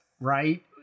right